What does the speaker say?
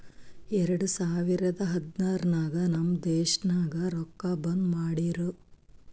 ಎರಡು ಸಾವಿರದ ಹದ್ನಾರ್ ನಾಗ್ ನಮ್ ದೇಶನಾಗ್ ರೊಕ್ಕಾ ಬಂದ್ ಮಾಡಿರೂ